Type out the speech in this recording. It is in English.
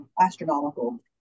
astronomical